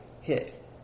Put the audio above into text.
hit